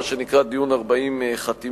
מה שנקרא דיון 40 חתימות,